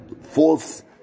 false